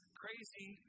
crazy